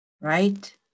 right